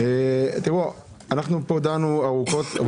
אנחנו פה דנו ארוכות,